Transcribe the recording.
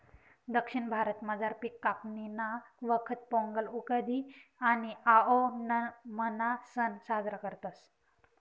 दक्षिण भारतामझार पिक कापणीना वखत पोंगल, उगादि आणि आओणमना सण साजरा करतस